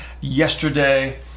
yesterday